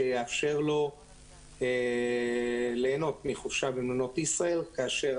שיאפשר לו ליהנות מחופשה במלונות ישרוטל כאשר